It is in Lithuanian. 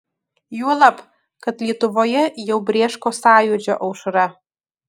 juolab kad lietuvoje jau brėško sąjūdžio aušra